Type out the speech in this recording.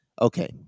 okay